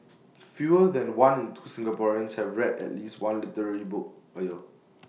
fewer than one in two Singaporeans have read at least one literary book A year